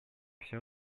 все